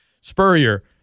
Spurrier